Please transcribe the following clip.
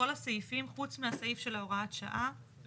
הסעיפים חוץ מהסעיף של ההוראת שעה